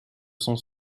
sont